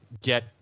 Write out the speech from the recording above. get